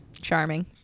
Charming